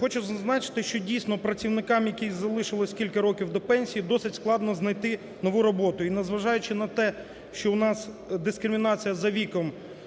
Хочу зазначити, що дійсно працівникам, яким залишилося кілька років до пенсії, досить складно знайти нову роботу. І, не зважаючи на те, що у нас дискримінація за віком